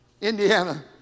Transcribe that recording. Indiana